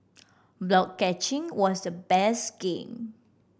block catching was the best game